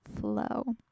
flow